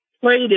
played